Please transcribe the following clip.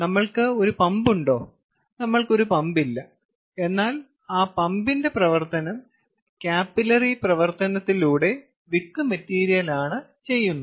നമ്മൾക്ക് ഒരു പമ്പ് ഉണ്ടോ നമ്മൾക്ക് ഒരു പമ്പ് ഇല്ല എന്നാൽ ആ പമ്പിന്റെ പ്രവർത്തനം കാപ്പിലറി പ്രവർത്തനത്തിലൂടെ വിക്ക് മെറ്റീരിയലാണ് ചെയ്യുന്നത്